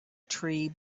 tree